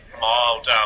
mild